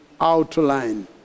outline